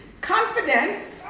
Confidence